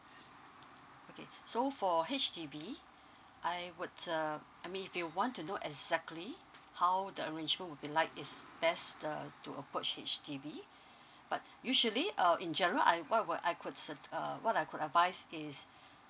okay so for H_D_B I would uh I mean if you want to know exactly how the arrange would be like is best err to approach H_D_B but usually uh in general I what would I could su~ err what I could advise is